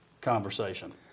conversation